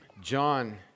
John